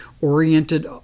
oriented